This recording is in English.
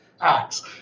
acts